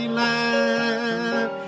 land